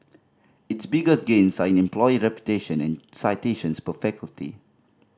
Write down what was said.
its biggest gains are in employer reputation and citations per faculty